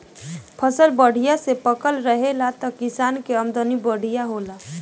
फसल बढ़िया से पाकल रहेला त किसान के आमदनी बढ़िया होला